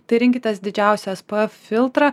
tai rinkitės didžiausią es p ef filtrą